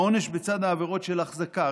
העונש בצד העבירות של החזקה,